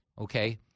Okay